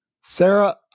Sarah